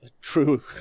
true